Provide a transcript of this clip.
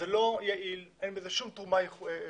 זה לא יעיל, אין בזה שום תרומה מיוחדת.